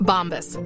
Bombas